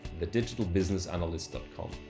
thedigitalbusinessanalyst.com